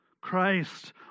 Christ